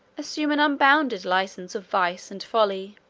assume an unbounded license of vice and folly.